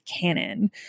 canon